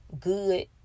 good